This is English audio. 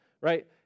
right